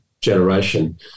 generation